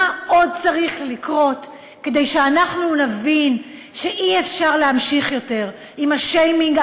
מה עוד צריך לקרות כדי שאנחנו נבין שאי-אפשר להמשיך יותר עם השיימינג,